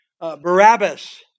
Barabbas